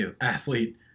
athlete